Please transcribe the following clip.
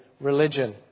religion